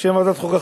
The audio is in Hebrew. בשם ועדת החוקה,